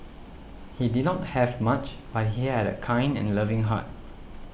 he did not have much but he had a kind and loving heart